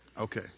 Okay